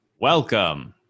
Welcome